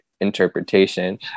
interpretation